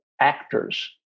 actors